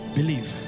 Believe